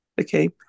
okay